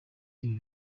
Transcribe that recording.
ibi